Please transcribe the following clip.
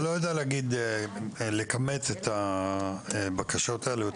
אתה לא יודע לכמת את הבקשות האלה?